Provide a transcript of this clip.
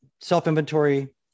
self-inventory